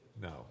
No